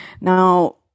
Now